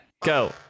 Go